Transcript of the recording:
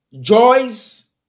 joys